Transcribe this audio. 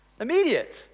Immediate